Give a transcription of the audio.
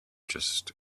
just